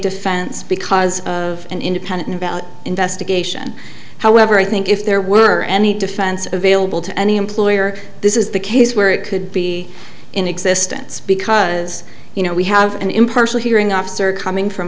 defense because of an independent about investigation however i think if there were any defense available to any employer this is the case where it could be in existence because you know we have an impartial hearing officer coming from